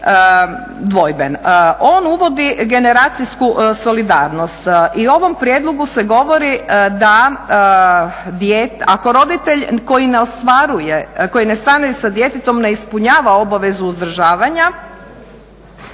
On uvodi generacijsku solidarnost i u ovom prijedlogu se govori da ako roditelj koji ne stanuje sa djetetom ne ispunjava obavezu uzdržavanja